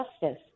justice